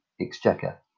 Exchequer